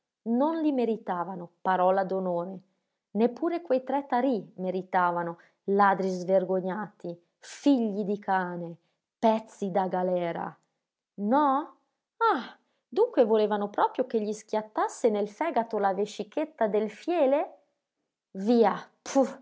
non li meritavano parola d'onore neppure quei tre tarì meritavano ladri svergognati figli di cane pezzi da galera no ah dunque volevano proprio che gli schiattasse nel fegato la vescichetta del fiele